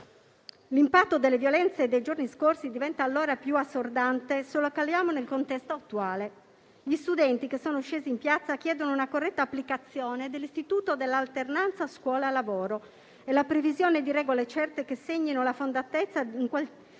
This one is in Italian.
L'impatto delle violenze dei giorni scorsi diventa allora più assordante se lo caliamo nel contesto attuale. Gli studenti che sono scesi in piazza chiedono una corretta applicazione dell'istituto della alternanza scuola-lavoro e la previsione di regole certe che segnino la fondatezza di quel tempo